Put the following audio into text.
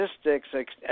statistics